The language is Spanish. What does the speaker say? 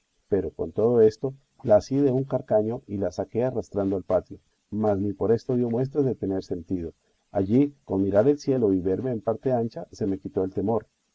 pero con todo esto la así de un carcaño y la saqué arrastrando al patio mas ni por esto dio muestras de tener sentido allí con mirar el cielo y verme en parte ancha se me quitó el temor